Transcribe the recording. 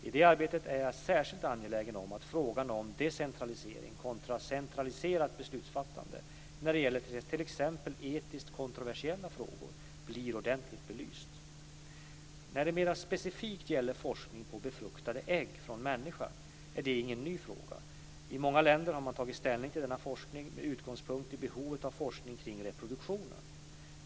I detta arbete är jag särskilt angelägen om att frågan om decentralisering kontra centraliserat beslutsfattande när det gäller t.ex. etiskt kontroversiella frågor blir ordentligt belyst. När det mera specifikt gäller forskning på befruktade ägg från människa är det ingen ny fråga. I många länder har man tagit ställning till denna forskning med utgångspunkt i behovet av forskning kring reproduktionen.